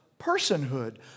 personhood